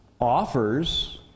Offers